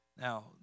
Now